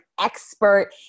expert